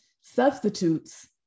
substitutes